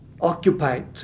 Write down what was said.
occupied